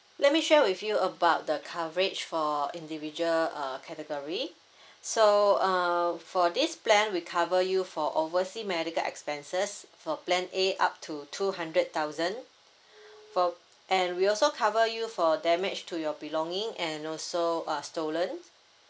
let me share with you about the coverage for individual uh category so uh for this plan we cover you for oversea medical expenses for plan A up to two hundred thousand for and we also cover you for damage to your belonging and also uh stolen